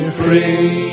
free